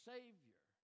Savior